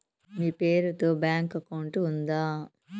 మీ పేరు తో bank account ఉందా?